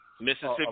Mississippi